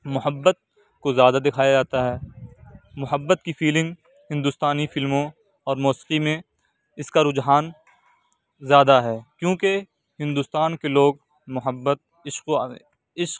محبت کو زیادہ دکھایا جاتا ہے محبت کی فیلنگ ہندوستانی فلموں اور موسیقی میں اِس كا رجحان زیادہ ہے كیوںكہ ہندوستان کے لوگ محبت عشق و عشق